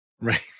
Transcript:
Right